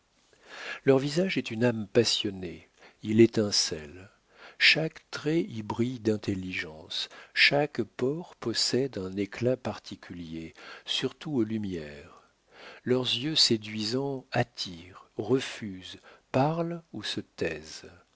leur visage est une âme passionnée il étincelle chaque trait y brille d'intelligence chaque pore possède un éclat particulier surtout aux lumières leurs yeux séduisants attirent refusent parlent ou se taisent